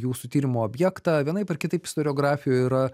jūsų tyrimų objektą vienaip ar kitaip istoriografijoj yra